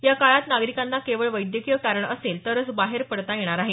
या काळात नागरिकांना केवळ वैद्यकीय कारण असेल तरच बाहेर पडता येणार आहे